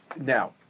now